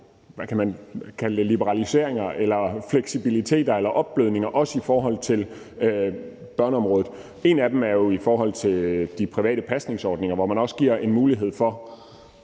– hvad kan man kalde det – liberaliseringer eller fleksibiliteter eller opblødninger i forhold til børneområdet, og en af dem er jo i forhold til de private pasningsordninger, hvor man giver en mulighed for